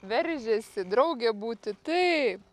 veržiasi draugė būti taip